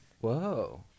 Whoa